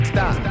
Stop